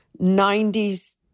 90s